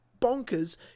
bonkers